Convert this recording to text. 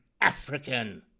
African